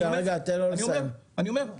אני אומר,